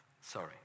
Sorry